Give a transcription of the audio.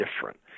different